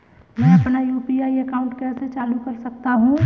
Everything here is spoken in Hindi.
मैं अपना यू.पी.आई अकाउंट कैसे चालू कर सकता हूँ?